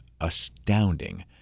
astounding